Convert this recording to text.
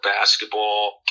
basketball